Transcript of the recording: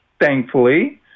thankfully